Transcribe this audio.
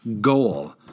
goal